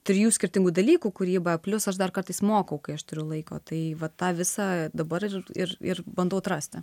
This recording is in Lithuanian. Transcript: trijų skirtingų dalykų kūryba plius aš dar kartais mokau kai aš turiu laiko tai va tą visą dabar ir ir bandau atrasti